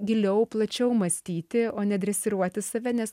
giliau plačiau mąstyti o ne dresiruoti save nes